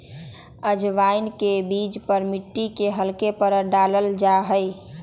अजवाइन के बीज पर मिट्टी के हल्के परत डाल्ल जाहई